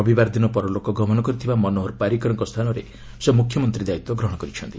ରବିବାର ଦିନ ପରଲୋକ ଗମନ କରିଥିବା ମନୋହର ପାରିକରଙ୍କ ସ୍ଥାନରେ ସେ ମୁଖ୍ୟମନ୍ତ୍ରୀ ଦାୟିତ୍ୱ ଗ୍ରହଣ କରିଛନ୍ତି